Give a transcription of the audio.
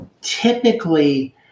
typically